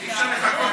תודה.